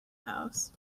house